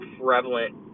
prevalent